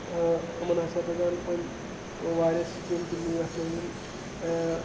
یِمَن ہَسا پَزن وۄنۍ واریاہ سِکیٖم تُلنہِ یَتھ منٛز یِم